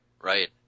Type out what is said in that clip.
Right